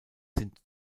sind